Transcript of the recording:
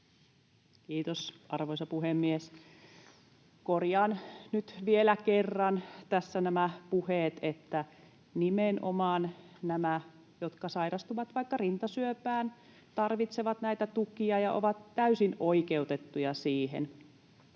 Kiitos, arvoisa puhemies! Korjaan nyt vielä kerran tässä nämä puheet, että nimenomaan he, jotka sairastuvat vaikka rintasyöpään, tarvitsevat näitä tukia ja ovat täysin oikeutettuja niihin.